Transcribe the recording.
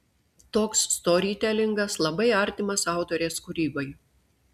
toks storytelingas labai artimas autorės kūrybai